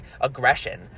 aggression